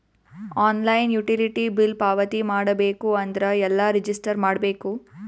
Online utility bill ಪಾವತಿ ಮಾಡಬೇಕು ಅಂದ್ರ ಎಲ್ಲ ರಜಿಸ್ಟರ್ ಮಾಡ್ಬೇಕು?